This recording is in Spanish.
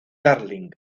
darling